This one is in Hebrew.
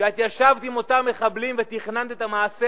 כשאת ישבת עם אותם מחבלים ותכננת את המעשה